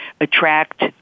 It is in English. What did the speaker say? attract